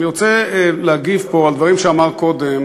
אני רוצה להגיב פה על דברים שאמר קודם